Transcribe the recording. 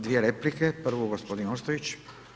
Dvije replike, prvu gospodin Ostojić.